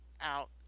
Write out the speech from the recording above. out